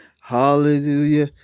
Hallelujah